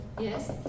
yes